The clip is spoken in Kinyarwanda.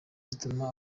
zituma